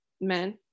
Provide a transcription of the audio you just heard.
men